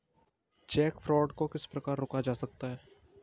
Check fraud को किस प्रकार रोका जा सकता है?